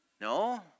No